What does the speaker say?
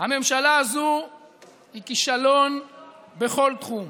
הממשלה הזו היא כישלון בכל תחום.